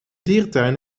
dierentuin